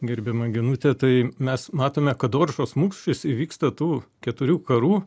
gerbiama genutė tai mes matome kad oršos mūšis įvyksta tų keturių karų